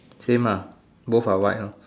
same ah both are white lor